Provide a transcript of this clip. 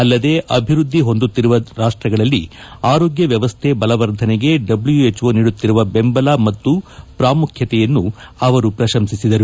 ಅಲ್ಲದೆ ಅಭಿವೃದ್ದಿ ಹೊಂದುತ್ತಿರುವ ರಾಷ್ಟ್ಗಳಲ್ಲಿ ಆರೋಗ್ಯ ವ್ಯವಸ್ದೆ ಬಲವರ್ಧನೆಗೆ ಡಬ್ಲೂ ಎಚ್ಒ ನೀಡುತ್ತಿರುವ ಬೆಂಬಲ ಮತ್ತು ಪ್ರಾಮುಖ್ಯತೆಯನ್ನು ಅವರು ಪ್ರಶಂಸಿಸಿದರು